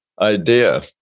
idea